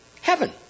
Heaven